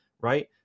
right